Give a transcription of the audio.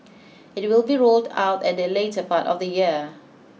it will be rolled out at the later part of the year